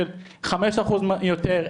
חמישה אחוז יותר,